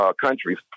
countries